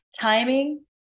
timing